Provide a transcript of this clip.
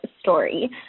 story